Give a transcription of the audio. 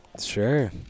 Sure